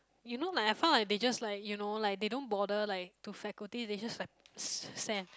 you know like I found like they just like you know like they don't bother like to faculty they just like s~ send